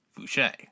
Fouché